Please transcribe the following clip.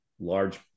large